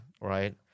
right